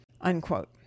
unquote